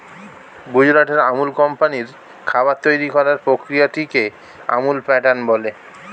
গুজরাটের আমুল কোম্পানির খাবার তৈরি করার প্রক্রিয়াটিকে আমুল প্যাটার্ন বলে